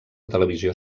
televisió